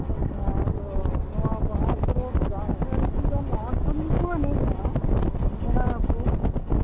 ᱟᱫᱚ ᱱᱚᱣᱟ ᱵᱟᱦᱟ ᱯᱚᱨᱚᱵᱽ ᱡᱟᱦᱮᱨ ᱯᱩᱡᱟᱹ ᱞᱟᱦᱟ ᱠᱷᱚᱱ ᱜᱮᱠᱚ ᱮᱱᱮᱡᱼᱟ ᱥᱮᱬᱟᱭᱟᱠᱚ